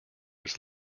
its